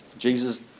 Jesus